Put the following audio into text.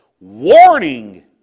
Warning